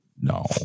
no